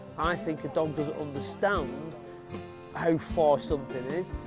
i think a dog doesn't understands how far something is.